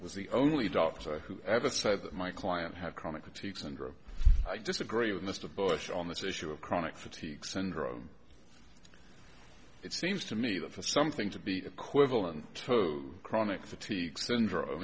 was the only doctor who ever said that my client had chronic fatigue syndrome i disagree with mr bush on this issue of chronic fatigue syndrome it seems to me that for something to be equivalent tobe chronic fatigue syndrome